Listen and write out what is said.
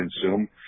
consume